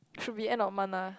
should be end of month ah